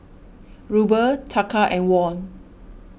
Ruble Taka and Won